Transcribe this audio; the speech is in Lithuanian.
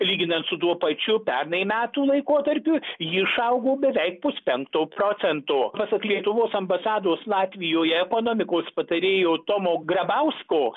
lyginant su tuo pačiu pernai metų laikotarpiu ji išaugo beveik puspenkto procento pasak lietuvos ambasados latvijoje ekonomikos patarėjo tomo grabausko